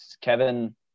Kevin